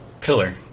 Pillar